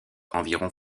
environ